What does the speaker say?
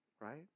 right